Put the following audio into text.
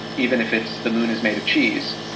even if it's the moon is made of cheese,